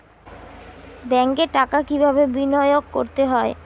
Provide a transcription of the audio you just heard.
ব্যাংকে টাকা কিভাবে বিনোয়োগ করতে হয়?